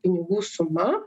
pinigų suma